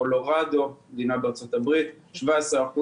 קולורדו 17%,